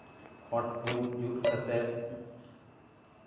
ᱠᱷᱚᱸᱰ ᱠᱚ ᱡᱩᱛ ᱠᱟᱛᱮᱫ